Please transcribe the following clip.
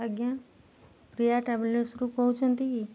ଆଜ୍ଞା ପ୍ରିୟା ଟ୍ରାଭେଲର୍ସରୁ କହୁଛନ୍ତି କି